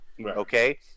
Okay